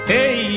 Hey